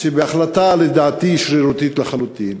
שבהחלטה לדעתי שרירותית לחלוטין